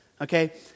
Okay